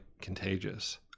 contagious